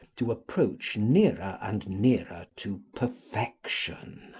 to approach nearer and nearer to perfection.